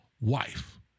wife